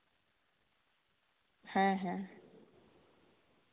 ᱦᱮᱸ ᱦᱮᱸ